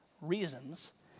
reasons